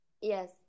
Yes